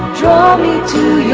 draw me to